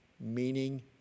meaning